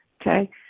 Okay